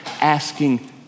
asking